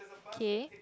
okay